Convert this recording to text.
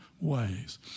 ways